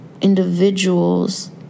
individuals